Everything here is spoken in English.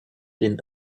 been